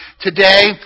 today